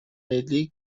ملی